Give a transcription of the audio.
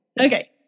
Okay